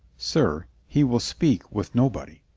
sir, he will speak with no body.